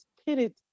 Spirit